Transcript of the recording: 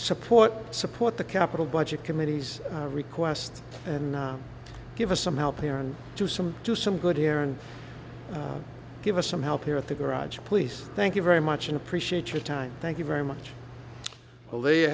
support support the capital budget committees request and give us some help here and do some do some good here and give us some help here at the garage police thank you very much appreciate your time thank you very much well they